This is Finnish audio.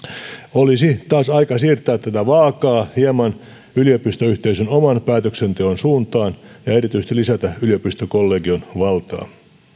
olisi taas aika siirtää tätä vaakaa hieman yliopistoyhteisön oman päätöksenteon suuntaan ja ja erityisesti lisätä yliopistokollegion valtaa